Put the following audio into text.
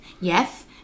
Yes